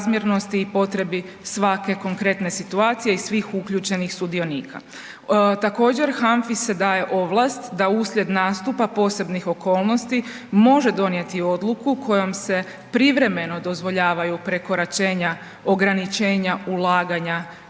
i potrebi svake konkretne situacije i svih uključenih sudionika. Također HANFI se daje ovlast da uslijed nastupa posebnih okolnosti može donijeti odluku kojom se privremeno dozvoljavaju prekoračenja ograničenja ulaganja